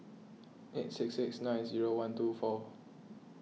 eight six six nine zero one two four